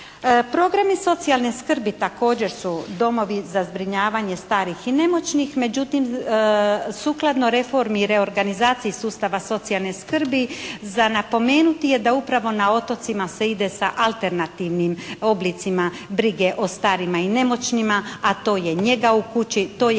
Programi socijalni skrbi također su Domovi za zbrinjavanje starih i nemoćnih. Međutim sukladno reformi i reorganizaciji sustava socijalne skrbi, za napomenuti je da upravo na otocima se ide sa alternativnim oblicima brige o starima i nemoćnima a to je njega u kući, to je patronaža,